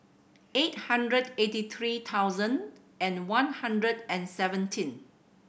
eight hundred eighty three thousand and one hundred and seventeen